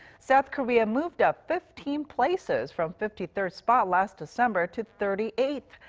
south korea moved up fifteen places from fifty third spot last december to thirty eighth,